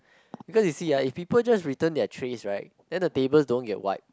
because you see ah if people just return their trays right then the tables don't get wiped